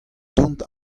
dont